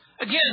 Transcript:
Again